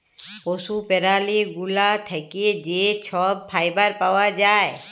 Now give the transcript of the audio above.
পশু প্যারালি গুলা থ্যাকে যে ছব ফাইবার পাউয়া যায়